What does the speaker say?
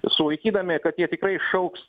sulaikydami kad jie tikrai šauks